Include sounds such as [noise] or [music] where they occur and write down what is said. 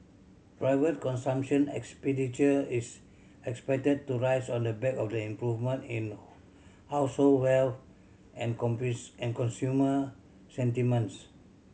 private consumption expenditure is expected to rise on the back of the improvement in [unintelligible] household wealth and [unintelligible] and consumer sentiments